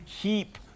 keep